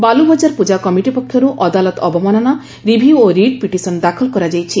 ବାଲୁବଜାର ପ୍ରଜାକମିଟି ପକ୍ଷରୁ ଅଦାଲତ ଅବମାନନା ରିଭ୍ୟୁ ଓ ରିଟ୍ ପିଟିସନ୍ ଦାଖଲ କରାଯାଇଛି